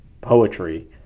poetry